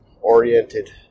oriented